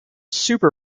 super